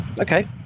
Okay